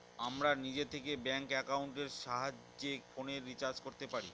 আমরা নিজে থেকে ব্যাঙ্ক একাউন্টের সাহায্যে ফোনের রিচার্জ করতে পারি